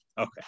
Okay